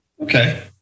Okay